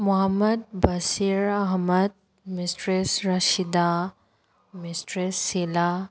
Muhammad Bashir Ahmad mistress Rashida mistress Sheela